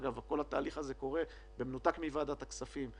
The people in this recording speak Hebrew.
כל ההסכם הזה קורה במנותק מוועדת הכספים,